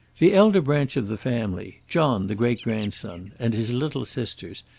the elder branch of the family, john the great-grandson, and his little sisters,